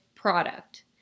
product